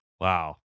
Wow